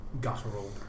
guttural